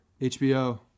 HBO